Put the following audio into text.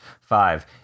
Five